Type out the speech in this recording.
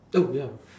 oh ya